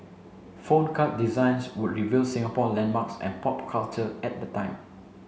phone card designs would reveal Singapore landmarks and pop culture at the time